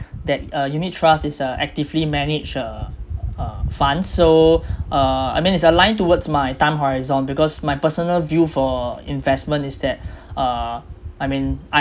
that a unit trust is a actively managed uh uh fund so uh I mean it's aligned towards my time horizon because my personal view for investment is that uh I mean I